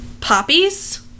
poppies